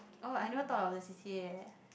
oh I never thought of the C_C_A leh